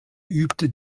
übte